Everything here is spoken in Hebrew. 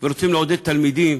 ורוצים לעודד תלמידים